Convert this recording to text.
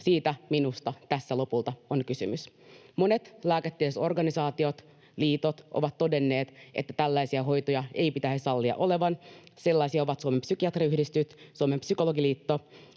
Siitä minusta tässä lopulta on kysymys. Monet lääketieteelliset organisaatiot ja liitot ovat todenneet, että tällaisia hoitoja ei pitäisi sallia olevan. Sellaisia ovat Suomen Psykiatriyhdistys, Suomen Psykologiliitto,